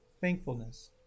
thankfulness